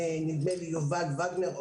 נדמה לי יובל וגנר,